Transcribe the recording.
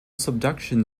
subduction